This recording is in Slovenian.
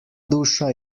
duša